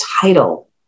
title